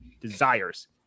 desires